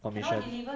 commission